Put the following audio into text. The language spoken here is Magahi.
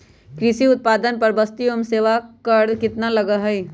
कृषि उत्पादन पर वस्तु एवं सेवा कर कितना लगा हई?